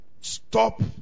stop